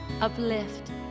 uplift